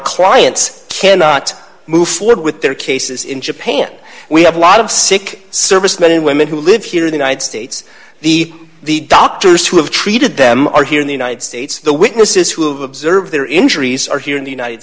clients cannot move forward with their cases in japan we have a lot of sick servicemen and women who live here in the united states the the doctors who have treated them are here in the united states the witnesses who've observed their injuries are here in the united